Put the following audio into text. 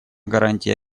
гарантий